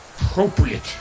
appropriate